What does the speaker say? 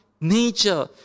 nature